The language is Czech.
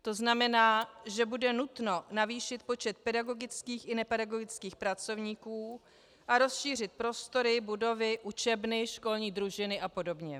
To znamená, že bude nutno navýšit počet pedagogických i nepedagogických pracovníků a rozšířit prostory, budovy, učebny, školní družiny apod.